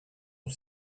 ont